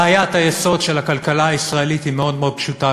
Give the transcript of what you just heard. בעיית היסוד של הכלכלה הישראלית היא מאוד מאוד פשוטה,